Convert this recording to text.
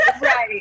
Right